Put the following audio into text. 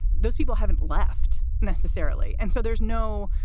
those people haven't left necessarily. and so there's no.